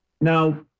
Now